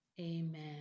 amen